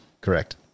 correct